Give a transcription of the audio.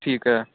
ਠੀਕ ਆ